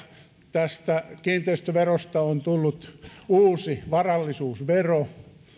tästä kiinteistöverosta on tullut uusi varallisuusvero